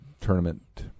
tournament